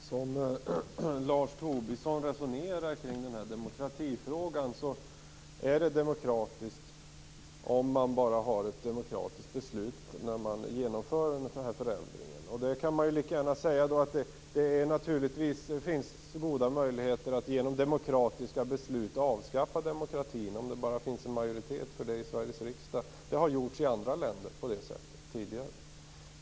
Fru talman! Som Lars Tobisson resonerar kring demokratifrågan är det demokratiskt om man bara har ett demokratiskt beslut när man genomför en förändring. Då kan man naturligtvis säga att det finns goda möjligheter att genom demokratiska beslut avskaffa demokratin, om det bara finns en majoritet för det i Sveriges riksdag. Det har gjorts i andra länder tidigare.